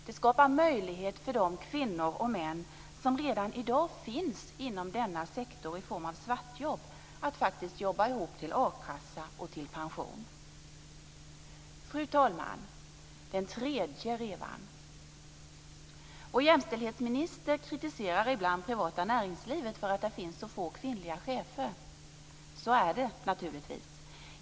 Det skapar möjlighet för de kvinnor och män som redan i dag finns inom denna sektor genom svartjobb att faktiskt jobba ihop till a-kassa och pension. Den tredje revan, fru talman: Vår jämställdhetsminister kritiserar ibland det privata näringslivet för att där finns så få kvinnliga chefer. Så är det naturligtvis.